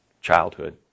childhood